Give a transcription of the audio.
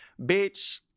bitch